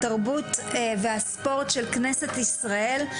התרבות והספורט של כנסת ישראל.